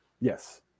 Yes